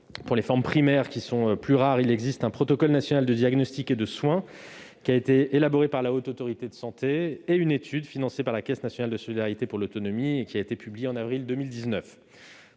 Pour les formes primaires, qui sont plus rares, il existe un protocole national de diagnostic et de soins, qui a été élaboré par la Haute Autorité de santé, et une étude financée par la Caisse nationale de solidarité pour l'autonomie, qui a été publiée en avril 2019.